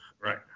Right